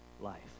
life